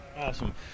Awesome